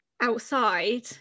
outside